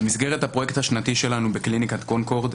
במסגרת הפרויקט השנתי שלנו בקליניקת קונקורד,